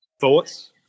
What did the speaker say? Thoughts